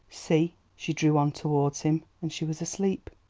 see! she drew on towards him, and she was asleep.